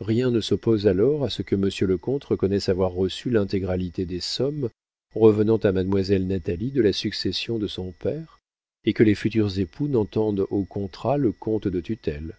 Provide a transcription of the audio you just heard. rien ne s'oppose alors à ce que monsieur le comte reconnaisse avoir reçu l'intégralité des sommes revenant à mademoiselle natalie de la succession de son père et que les futurs époux n'entendent au contrat le compte de tutelle